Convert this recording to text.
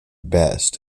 best